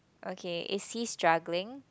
okay is he juggling